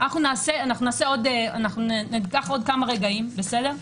אנחנו ניקח עוד כמה רגעים, בסדר?